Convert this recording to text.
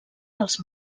dels